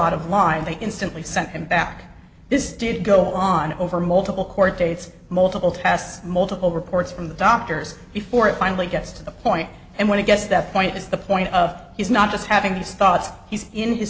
out of line they instantly sent him back this did go on over multiple court dates multiple tests multiple reports from the doctors before it finally gets to the point and when he gets that point is the point of he's not just having these thoughts he's in his